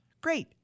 Great